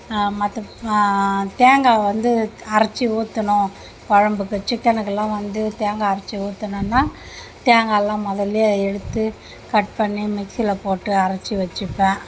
மத்து தேங்காய் வந்து அரச்சு ஊற்றணும் குழம்புக்கு சிக்கனுக்கலாம் வந்து தேங்காய் அரைச்சி ஊத்தணுன்னா தேங்கால்லாம் முதல்லியே எடுத்து கட் பண்ணி மிக்சியில போட்டு அரைச்சி வச்சிப்பேன்